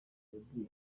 yabwiye